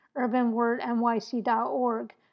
urbanwordnyc.org